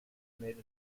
made